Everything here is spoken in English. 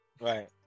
Right